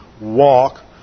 walk